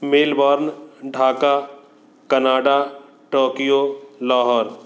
Melbourne Dhaka Canada Tokyo Lahore